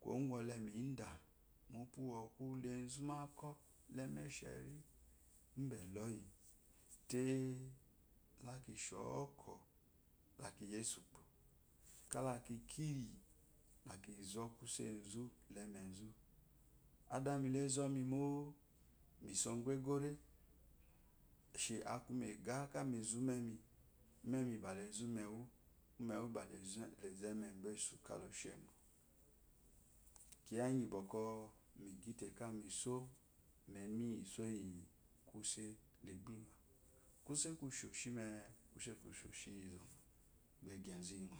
kuwo gunle muda unzu ba ako laemeshe bae loyite lishiɔkɔ laki yese ukpo kala ki kiri laki o kuse zu la emmezu adami lezomi mo misogo egore ishe aku mega ka mizo ememi umme bala zo ummewu ummewu bala zo ummebesu kala sheyi mo kiya gyi bwɔkwɔ migyite kallami so memi iyi kusule gba ingau kuse ku sheshime kuse kusheshi gbegye zu iyi.